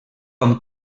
com